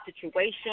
situation